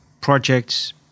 projects